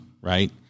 right